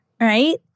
right